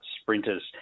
sprinters